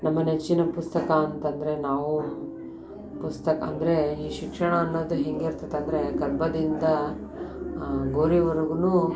ನಮ್ಮ ನೆಚ್ಚಿನ ಪುಸ್ತಕ ಅಂತಂದರೆ ನಾವು ಪುಸ್ತಕ ಅಂದರೆ ಈ ಶಿಕ್ಷಣ ಅನ್ನೋದು ಹೇಗಿರ್ತತಂದ್ರೆ ಗರ್ಭದಿಂದ ಗೋರಿವರ್ಗು